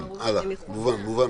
במקום.